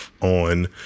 on